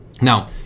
Now